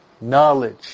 knowledge